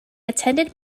attended